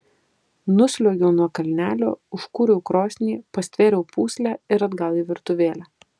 nusliuogiau nuo kalnelio užkūriau krosnį pastvėriau pūslę ir atgal į virtuvėlę